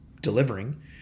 delivering